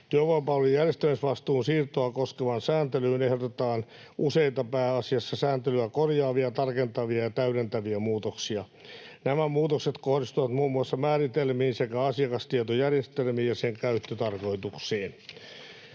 Työvoimapalvelujen järjestämisvastuun siirtoa koskevaan sääntelyyn ehdotetaan useita pääasiassa sääntelyä korjaavia, tarkentavia ja täydentäviä muutoksia. Nämä muutokset kohdistuvat muun muassa määritelmiin sekä asiakastietojärjestelmiin ja sen käyttötarkoituksiin.